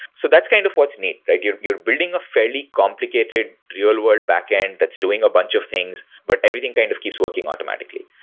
so that's kind of what's neat. like you're you're building a fairly complicated real-world backend that's doing a bunch of things, but everything kind of keeps working automatically,